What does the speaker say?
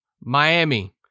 Miami